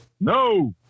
No